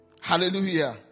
Hallelujah